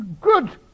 good